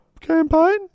campaign